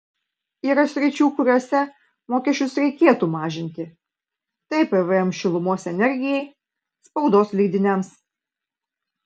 yra sričių kuriose mokesčius reikėtų mažinti tai pvm šilumos energijai spaudos leidiniams